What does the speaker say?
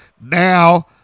Now